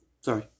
sorry